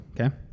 Okay